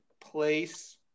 place